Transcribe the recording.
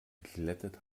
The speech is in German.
geglättet